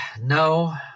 no